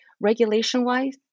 regulation-wise